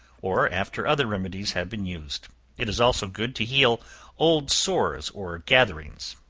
or after other remedies have been used it is also good to heal old sores or gatherings.